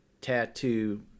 tattoo